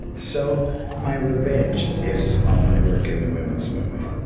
so my revenge is all my work in the women's movement